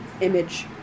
image